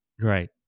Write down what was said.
Right